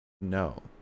No